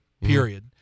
Period